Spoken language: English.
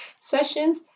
sessions